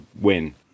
win